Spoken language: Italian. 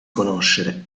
conoscere